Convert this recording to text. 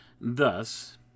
Thus